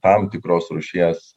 tam tikros rūšies